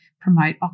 promote